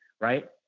right